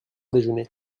déjeuné